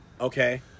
okay